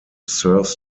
serves